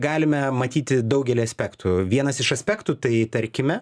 galime matyti daugelį aspektų vienas iš aspektų tai tarkime